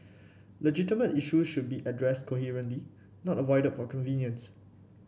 legitimate issues should be addressed coherently not avoided for convenience